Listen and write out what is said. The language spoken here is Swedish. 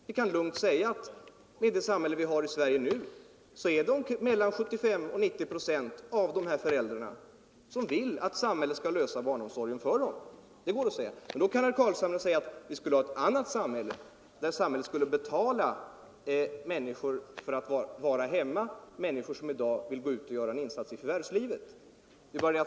Vi kan säga att med det samhälle vi har i Sverige nu vill mellan 75 och 90 procent av de här föräldrarna att samhället skall lösa deras barnomsorgsproblem. Men då kan herr Carlshamre hävda att vi borde ha ett annat samhälle, som skulle betala de människor som i dag vill gå ut och göra en insats i förvärvslivet för att de skall vara hemma.